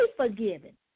forgiven